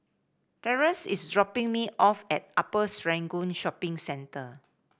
Terrance is dropping me off at Upper Serangoon Shopping Centre